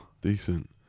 Decent